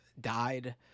died